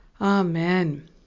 amen